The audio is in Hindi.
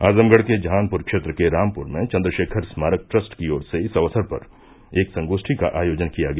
आजमगढ़ के जहानपुर क्षेत्र के रामपुर में चन्द्रशेखर स्मारक ट्रस्ट की ओर से इस अक्सर पर एक संगोष्ठी का आयोजन किया गया